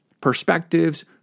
perspectives